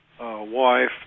Wife